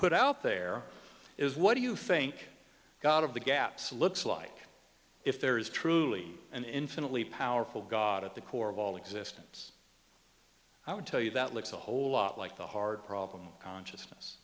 put out there is what do you think god of the gaps looks like if there is truly an infinitely powerful god at the core of all existence i would tell you that looks a whole lot like the hard problem consciousness